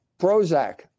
Prozac